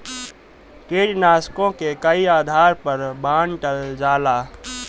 कीटनाशकों के कई आधार पर बांटल जाला